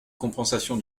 compensation